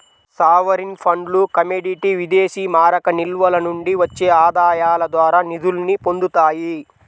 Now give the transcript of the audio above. sovereign ఫండ్లు commodity విదేశీమారక నిల్వల నుండి వచ్చే ఆదాయాల ద్వారా నిధుల్ని పొందుతాయి